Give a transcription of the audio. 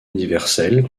universelle